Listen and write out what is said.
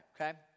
okay